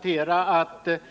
frågor skall också utredas.